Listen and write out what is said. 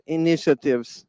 initiatives